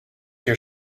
your